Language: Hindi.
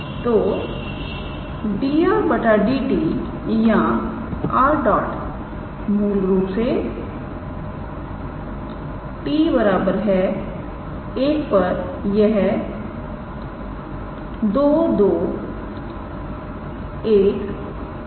तो 𝑑𝑟⃗ 𝑑𝑡 या 𝑟̇ मूल रूप से 𝑡 1 पर यह 221 है